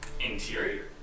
interior